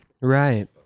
Right